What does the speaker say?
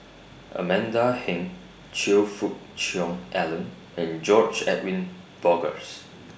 Amanda Heng Choe Fook Cheong Alan and George Edwin Bogaars